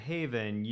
Haven